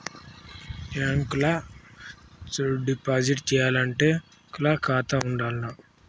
Bank ల fixed deposit చేయాలంటే బ్యాంక్ ల ఖాతా ఉండాల్నా?